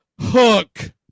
Hook